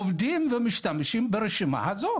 עובדים ומשתמשים ברשימה הזאת